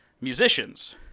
musicians